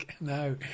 no